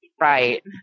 Right